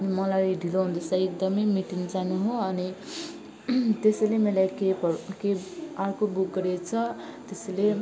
मलाई ढिलो हुँदैछ एकदम मिटिङ जानु हो अनि त्यसैले मलाई क्याबहरू क्याब अर्को बुक गरेको छु त्यसैले